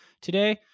Today